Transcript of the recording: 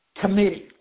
Committee